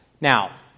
Now